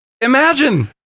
imagine